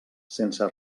sense